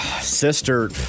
sister